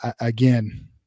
again